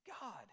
god